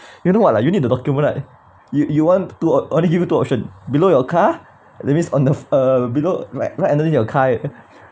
you know what lah you need the document right you you want two op~ I only give you two option below your car that means on the uh below right right underneath your car